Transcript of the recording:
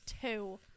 two